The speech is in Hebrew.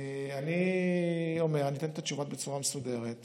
אני אתן את התשובות בצורה מסודרת.